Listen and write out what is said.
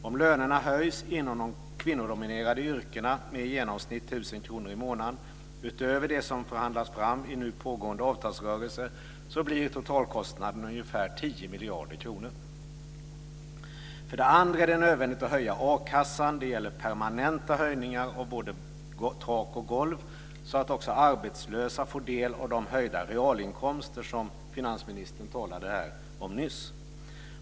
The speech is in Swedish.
Om lönerna höjs inom de kvinnodominerade yrkena med i genomsnitt 1 000 kr i månaden utöver det som förhandlas fram i nu pågående avtalsrörelse så blir totalkostnaden ungefär 10 miljarder kronor. Det är också nödvändigt att höja a-kassan. Det gäller permanenta höjningar av både tak och golv, så att också arbetslösa får del av de höjda realinkomster som finansministern talade om här nyss.